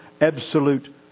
absolute